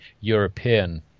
European